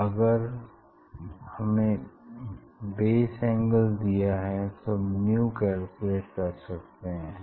अगर हमें base angle दिया है तो मयू कैलकुलेट कर सकते हैं